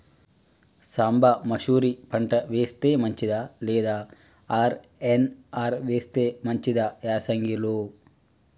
సాంబ మషూరి పంట వేస్తే మంచిదా లేదా ఆర్.ఎన్.ఆర్ వేస్తే మంచిదా యాసంగి లో?